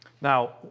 now